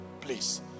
please